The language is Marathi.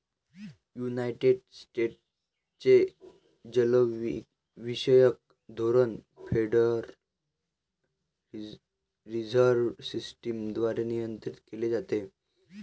युनायटेड स्टेट्सचे चलनविषयक धोरण फेडरल रिझर्व्ह सिस्टम द्वारे नियंत्रित केले जाते